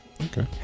Okay